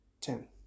ten